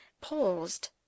paused